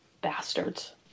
Bastards